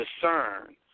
discern